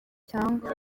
cyangwa